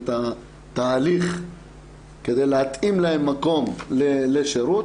את התהליך כדי להתאים להם מקום לשירות.